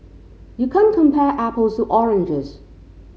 you can't compare apples to oranges